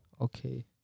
okay